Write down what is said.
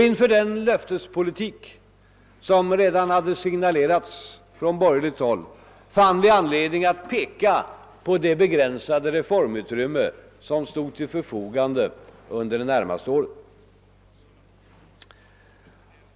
Inför den löftespolitik som redan då hade signalerats från borgerligt båll fann vi anledning att peka på det begränsade reformutrymme som stod till förfogande under det närmaste året.